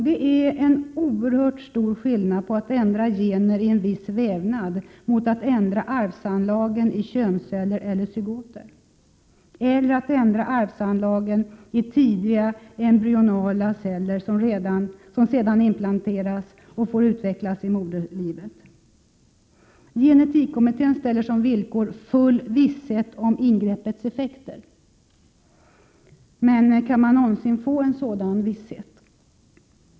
Det är en oerhört stor skillnad mellan att ändra gener i en viss vävnad och att ändra embryonala celler som sedan implanteras och får utvecklas i moderlivet. Gen-etikkommittén ställer som villkor ”full visshet om ingreppets effekter”. Men kan man någonsin få en sådan visshet?